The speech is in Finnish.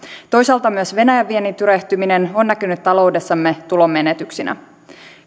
toisaalta myös venäjän viennin tyrehtyminen on näkynyt taloudessamme tulonmenetyksinä